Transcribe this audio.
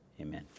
Amen